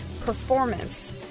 performance